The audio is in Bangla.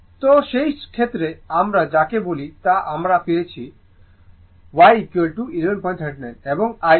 সুতরাং সেই ক্ষেত্রে আমরা যাকে বলি তা আমরা পেয়েছি হল y y 1139 এবং IL